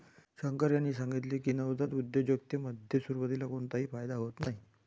शंकर यांनी सांगितले की, नवजात उद्योजकतेमध्ये सुरुवातीला कोणताही फायदा होत नाही